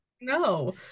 no